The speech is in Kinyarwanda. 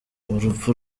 urupfu